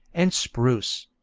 and spruce